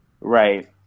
Right